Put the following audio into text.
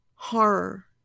Horror